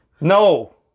No